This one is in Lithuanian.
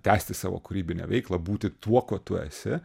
tęsti savo kūrybinę veiklą būti tuo kuo tu esi